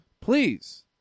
please